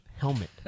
helmet